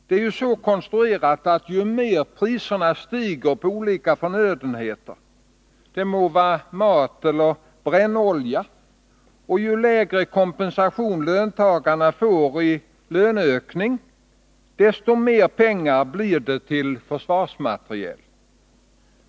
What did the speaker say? Det är så konstruerat att ju mer priserna på olika förnödenheter stiger — det må vara på mat eller på brännolja — och ju lägre kompensation i löneökning som löntagarna får, desto mer pengar blir det till försvarsmateriel.